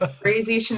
crazy